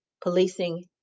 policing